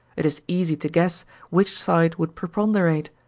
it is easy to guess which side would preponderate.